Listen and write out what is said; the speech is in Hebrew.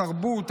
התרבות,